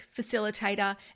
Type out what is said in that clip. Facilitator